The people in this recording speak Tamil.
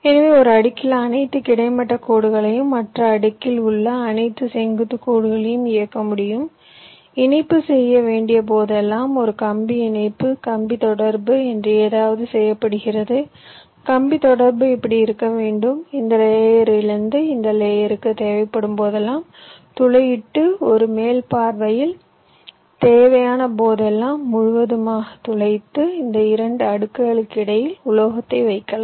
எனவே ஒரு அடுக்கில் அனைத்து கிடைமட்ட கோடுகளையும் மற்ற அடுக்கில் உள்ள அனைத்து செங்குத்து கோடுகளையும் இயக்க முடியும் இணைப்பு செய்ய வேண்டிய போதெல்லாம் ஒரு கம்பி இணைப்பு கம்பி தொடர்பு என்று ஏதாவது செய்யப்படுகிறது கம்பி தொடர்பு இப்படி இருக்க வேண்டும் இந்த லேயரிலிருந்து இந்த லேயருக்கு தேவைப்படும்போதெல்லாம் துளையிட்டு ஒரு மேல் பார்வையில் தேவையான போதெல்லாம் முழுவதுமாக துளைத்து இந்த 2 அடுக்குகளுக்கு இடையில் உலோகத்தை வைக்கலாம்